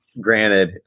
granted